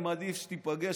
אני מעדיף שתיפגש,